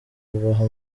kubaho